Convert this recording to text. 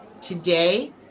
Today